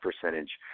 percentage